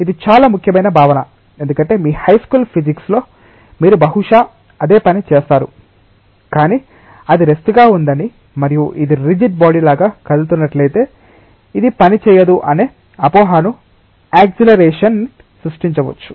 ఇది చాలా ముఖ్యమైన భావన ఎందుకంటే మీ హైస్కూల్ ఫిజిక్స్ లో మీరు బహుశా అదే పని చేసారు కానీ అది రెస్ట్ గా ఉందని మరియు ఇది రిజిడ్ బాడీ లాగా కదులుతున్నట్లయితే ఇది పనిచేయదు అనే అపోహను యాక్సిలరేషన్ సృష్టించవచ్చు